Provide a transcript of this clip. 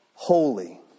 Holy